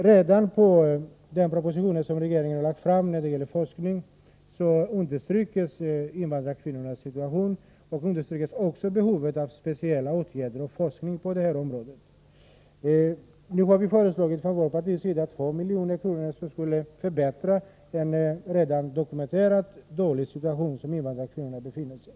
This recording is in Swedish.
Redan i den proposition som regeringen lagt fram när det gäller forskning understryks invandrarkvinnornas situation samt behovet av speciella åtgärder och forskning på detta område. Från vårt partis sida har vi föreslagit ett anslag på 2 milj.kr., som skulle förbättra den dokumenterat dåliga situation som invandrarkvinnorna befinner sig i.